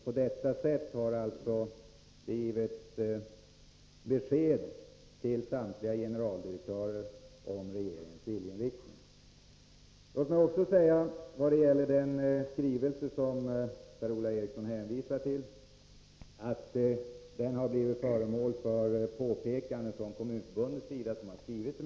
På detta sätt har det alltså givits besked till samtliga generaldirektörer om regeringens viljeinriktning. Den skrivelse som Per-Ola Eriksson hänvisar till har blivit föremål för påpekanden från Kommunförbundets sida.